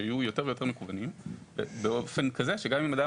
שהם יהיו יותר ויותר מקוונים באופן כזה שגם אם אדם